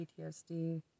PTSD